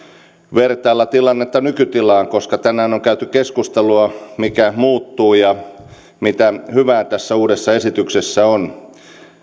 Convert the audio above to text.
vertailla tilannetta nykytilaan koska tänään on käyty keskustelua siitä mikä muuttuu ja mitä hyvää tässä uudessa esityksessä on